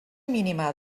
mínima